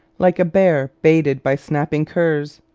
like a bear baited by snapping curs.